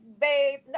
babe